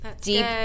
Deep